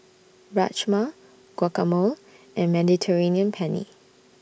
Rajma Guacamole and Mediterranean Penne